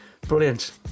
Brilliant